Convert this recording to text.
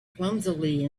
clumsily